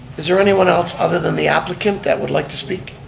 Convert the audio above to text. is there anyone else, other than the applicant, that would like to speak?